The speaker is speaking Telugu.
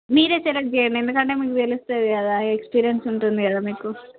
మీరే సెలెక్ట్ చేయండి ఎందుకంటే మీకు తెలుస్తుంది కదా ఎక్స్పీరియన్స్ ఉంటుంది కదా మీకు